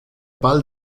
ball